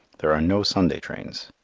there are no sunday trains.